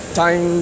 time